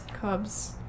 cubs